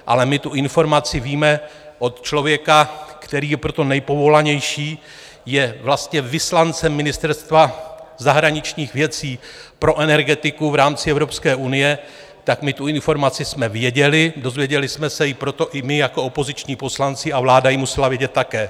Ale my tu informaci víme od člověka, který je pro to nejpovolanější, je vlastně vyslancem Ministerstva zahraničních věcí pro energetiku v rámci Evropské unie, tak my jsme tu informaci věděli, dověděli jsme se ji proto i my jako opoziční poslanci a vláda ji musela vědět také.